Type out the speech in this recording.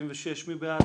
נפלה.